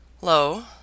low